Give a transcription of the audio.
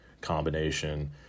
combination